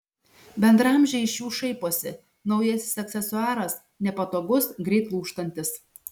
bendraamžiai iš jų šaiposi naujasis aksesuaras nepatogus greit lūžtantis